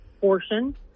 portion